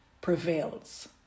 prevails